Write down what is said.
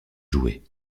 joués